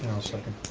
i'll second.